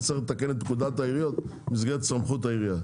נצטרך לתקן את פקודת העיריות במסגרת סמכות העירייה.